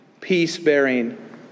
peace-bearing